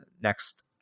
next